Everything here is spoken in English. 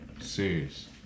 serious